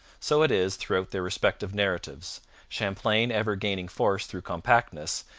so it is throughout their respective narratives champlain ever gaining force through compactness,